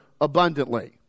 abundantly